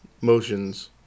motions